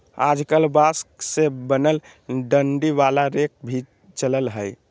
आजकल बांस से बनल डंडी वाला रेक भी चलल हय